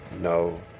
no